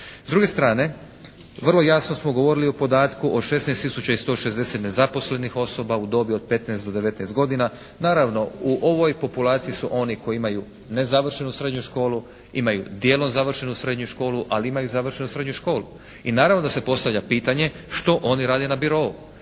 S druge strane vrlo jasno smo govorili o podatku o 16 tisuća i 160 nezaposlenih osoba u dobi od 15 do 19 godina. Naravno u ovoj populaciji su oni koji imaju nezavršenu srednju školu, dijelom završeni srednju školu ali imaju i završenu srednju školu. I naravno da se postavlja pitanje što oni rade na birou.